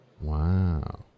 Wow